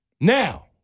Now